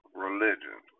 religion